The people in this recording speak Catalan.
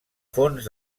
fons